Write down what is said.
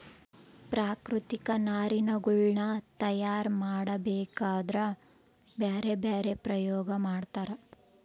ಪ್ರಾಕೃತಿಕ ನಾರಿನಗುಳ್ನ ತಯಾರ ಮಾಡಬೇಕದ್ರಾ ಬ್ಯರೆ ಬ್ಯರೆ ಪ್ರಯೋಗ ಮಾಡ್ತರ